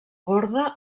borda